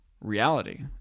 reality